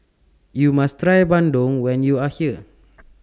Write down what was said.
YOU must Try Bandung when YOU Are here